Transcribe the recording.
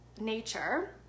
nature